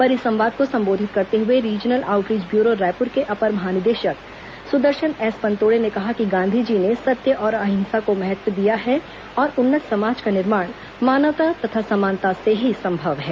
परिसंवाद को संबोधित करते हुए रीजनल आऊटरीच ब्यूरो रायपुर के अपर महानिदेशक सुदर्शन एस पनतोड़े ने कहा कि गांधी जी ने सत्य और अहिंसा को महत्व दिया है और उन्नत समाज का निर्माण मानवता तथा समानता से ही संभव है